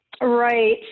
right